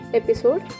episode